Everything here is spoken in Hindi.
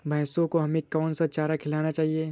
भैंसों को हमें कौन सा चारा खिलाना चाहिए?